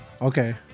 Okay